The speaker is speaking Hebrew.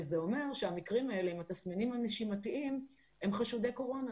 וזה אומר שהמקרים האלה עם התסמינים הנשימתיים הם חשודיי קורונה.